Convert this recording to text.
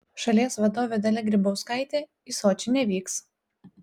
šalies vadovė dalia grybauskaitė į sočį nevyks